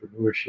entrepreneurship